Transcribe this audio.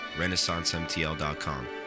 renaissancemtl.com